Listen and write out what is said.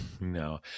No